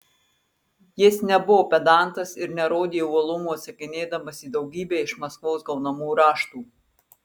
jis nebuvo pedantas ir nerodė uolumo atsakinėdamas į daugybę iš maskvos gaunamų raštų